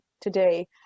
today